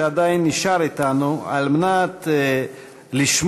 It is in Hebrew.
שעדיין נשאר אתנו על מנת לשמוע,